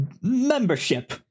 membership